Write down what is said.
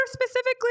specifically